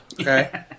Okay